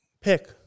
Pick